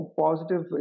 positive